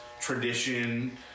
tradition